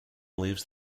leaves